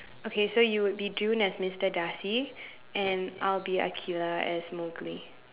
okay so you would be June as Mister Darcy and I will be Aqilah as Mowgli